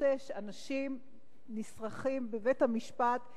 הנושא שאנשים נשרכים בבית-המשפט שנה,